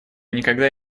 никогда